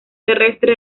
terrestre